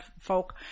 folk